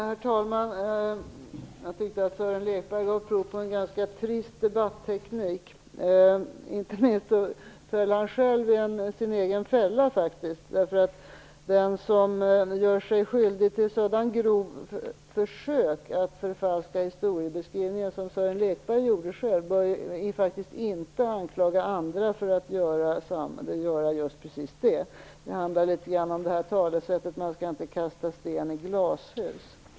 Herr talman! Jag tycker att Sören Lekberg gav prov på en ganska trist debatteknik. Han föll själv i sin egen fälla. Den som gör sig skyldig till försök att så grovt förfalska historieskrivningen som Sören Lekberg gjorde bör faktiskt inte anklaga andra för att göra detsamma. Det handlar litet om talesättet "man skall inte kasta sten i glashus".